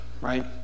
right